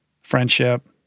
friendship